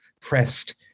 pressed